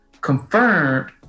confirmed